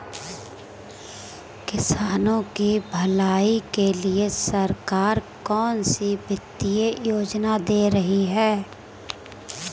किसानों की भलाई के लिए सरकार कौनसी वित्तीय योजना दे रही है?